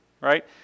right